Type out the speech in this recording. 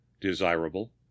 desirable